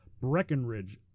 Breckenridge